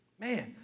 Man